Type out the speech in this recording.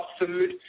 food